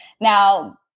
Now